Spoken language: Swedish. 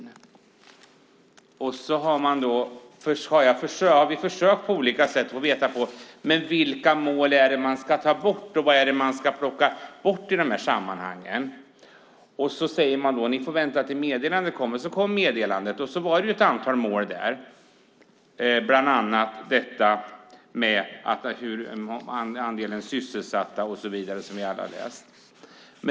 På olika sätt har vi försökt få reda på vilka mål det är som ska tas bort, på vad som ska plockas bort i de här sammanhangen. Man säger: Ni får vänta tills meddelandet kommer. Sedan kom meddelandet. Där fanns det ett antal mål, bland annat om andelen sysselsatta och så vidare som vi alla har läst om.